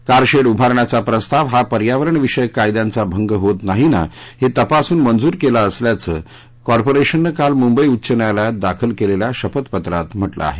car shed उभारण्याचा प्रस्ताव हा पर्यावरण विषयक कायद्यांचा भंग होत नाही ना हे तपासून मंजूर केला असल्याचं कॉर्पोरेशननं काल मुंबई उच्च न्यायालयात दाखल केलेल्या शपथपत्रात म्हटलं आहे